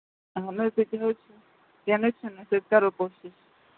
اہن حظ تِتہِ حظ چھُ کینٛہہ نہٕ حظ چھُنہٕ أسۍ حظ کَرو کوٗشِش